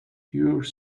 pure